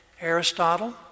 Aristotle